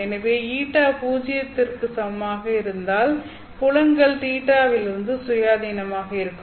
எனவே η பூஜ்ஜியத்திற்கு சமமாக இருந்தால் புலங்கள் Ø லிருந்து சுயாதீனமாக இருக்கும்